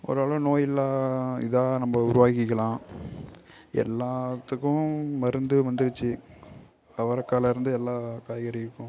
ஓரளவு நோய் இல்லாத இதாக நம்ப உருவாக்கிக்கலாம் எல்லாத்துக்கும் மருந்து வந்திருச்சு அவரக்காயில இருந்து எல்லா காய்கறிகளுக்கும்